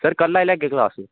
sir कल्ल कराई लैगे क्लॉस